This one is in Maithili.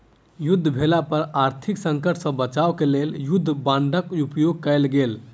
युद्ध भेला पर आर्थिक संकट सॅ बचाब क लेल युद्ध बांडक उपयोग कयल गेल